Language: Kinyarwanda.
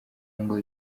ngo